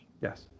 Yes